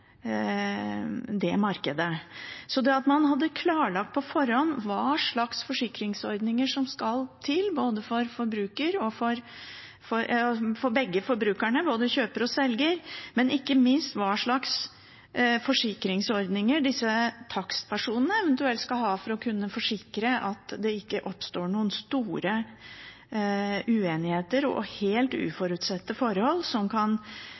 markedet. Man bør klarlegge på forhånd hva slags forsikringsordninger som skal til for begge forbrukerne, både kjøper og selger, og ikke minst hva slags forsikringsordninger takstpersonene eventuelt skal ha, for å kunne være sikker på at det ikke oppstår noen store uenigheter og helt uforutsette forhold som kan